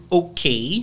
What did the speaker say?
okay